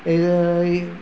ಇದ